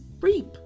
reap